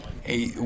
Hey